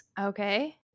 Okay